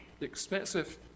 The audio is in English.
expensive